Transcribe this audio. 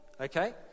Okay